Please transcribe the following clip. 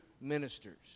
ministers